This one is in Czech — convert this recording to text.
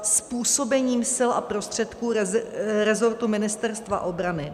1. působením sil a prostředků rezortu Ministerstva obrany: